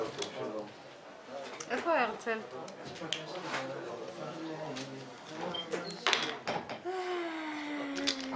בשעה 14:31.